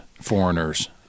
foreigners